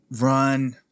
Run